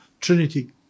Trinity